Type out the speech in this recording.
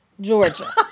Georgia